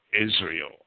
Israel